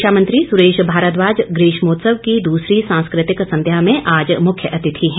शिक्षा मंत्री सुरेश भारद्वाज ग्रीष्मोत्सव की दूसरी सांस्कृतिक संध्या में आज मुख्यातिथि हैं